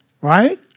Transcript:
Right